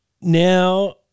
Now